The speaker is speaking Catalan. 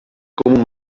com